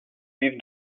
juifs